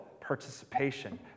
participation